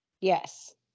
yes